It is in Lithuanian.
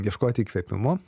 ieškoti įkvėpimo